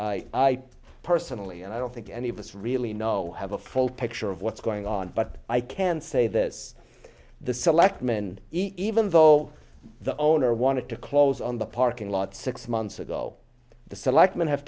which i personally and i don't think any of us really know have a full picture of what's going on but i can say this the selectmen even though the owner wanted to close on the parking lot six months ago the selectmen have